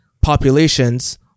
populations